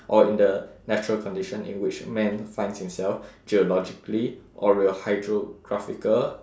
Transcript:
or in the natural condition in which man finds himself geologically or hydrographical